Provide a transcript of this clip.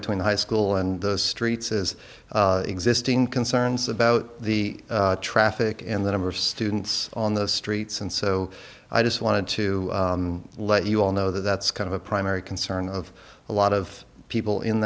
between high school and the streets is existing concerns about the traffic and the number of students on the streets and so i just wanted to let you all know that's kind of a primary concern of a lot of people in